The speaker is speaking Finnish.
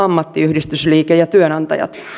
ammattiyhdistysliike ja työnantajat